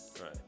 right